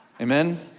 Amen